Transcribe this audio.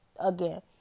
again